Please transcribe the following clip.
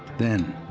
then,